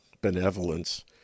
benevolence